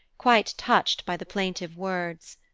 quite touched by the plaintive words.